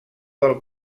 del